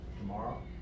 tomorrow